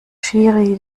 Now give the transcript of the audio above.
schiri